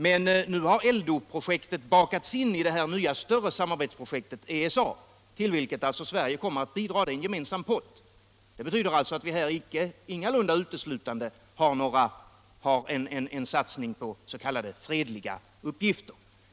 Men nu har ELDO-projektet bakats in i det nya större samarbetsprojektet ESA, till vilket Sverige kommer att bidra med en gemensam pott. Det betyder alltså att detta ingalunda uteslutande är en satsning på fredliga uppgifter.